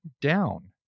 down